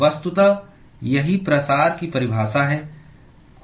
वस्तुतः यही प्रसार की परिभाषा है